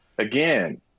Again